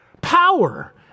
power